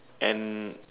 and